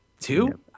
Two